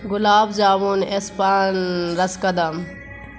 گلاب جامن اسپان رسکدم